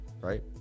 right